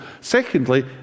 Secondly